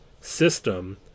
system